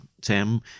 Tim